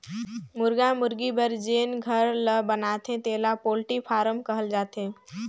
मुरगा मुरगी बर जेन घर ल बनाथे तेला पोल्टी फारम कहल जाथे